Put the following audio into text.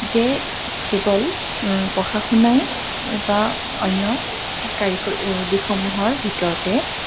যে কেৱল পঢ়া শুনাই বা অন্য কাৰিকৰ দিশসমূহৰ ভিতৰতে